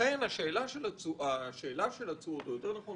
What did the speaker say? השאלה של התשואות, או יותר נכון